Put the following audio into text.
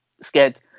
scared